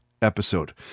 episode